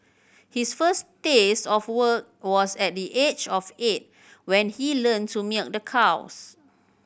his first taste of work was at the age of eight when he learned to milk the cows